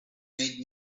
made